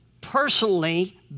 personally